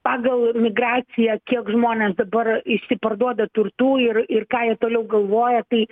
pagal migraciją kiek žmonės dabar išsiparduoda turtų ir ir ką jie toliau galvoja tai